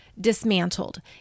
dismantled